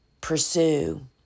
pursue